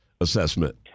assessment